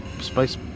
Space